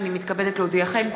הנני מתכבדת להודיעכם,